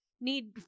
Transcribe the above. need